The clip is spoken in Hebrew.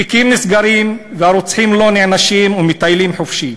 תיקים נסגרים והרוצחים לא נענשים ומטיילים חופשי.